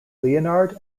leonard